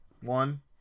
One